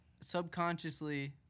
subconsciously